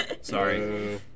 Sorry